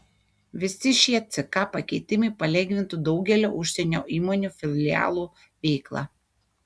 visi šie ck pakeitimai palengvintų daugelio užsienio įmonių filialų veiklą